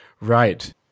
right